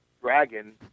dragon